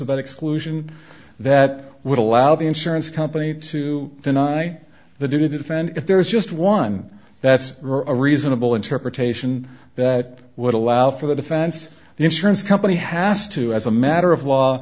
about exclusion that would allow the insurance company to deny the defend if there is just one that's a reasonable interpretation that would allow for the defense the insurance company has to as a matter of law